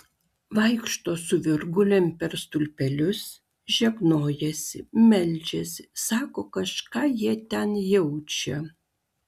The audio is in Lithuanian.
vaikšto su virgulėm per stulpelius žegnojasi meldžiasi sako kažką jie ten jaučią